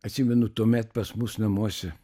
atsimenu tuomet pas mus namuose